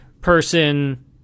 person